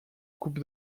coupe